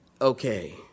okay